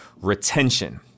retention